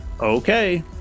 Okay